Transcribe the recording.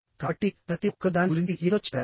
కాబట్టి ప్రతి ఒక్కరూ దాని గురించి ఏదో చెప్పారు